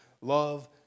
Love